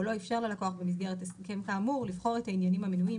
או לא איפשר ללקוח במסגרת הסכם כאמור לבחור את העניינים המנויים